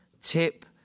tip